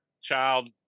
child